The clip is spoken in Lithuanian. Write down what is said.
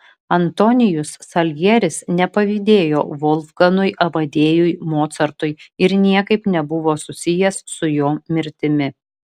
antonijus saljeris nepavydėjo volfgangui amadėjui mocartui ir niekaip nebuvo susijęs su jo mirtimi